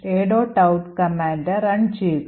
out command run ചെയ്യുക